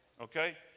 Okay